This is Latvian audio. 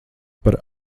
par